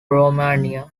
romania